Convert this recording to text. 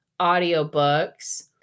audiobooks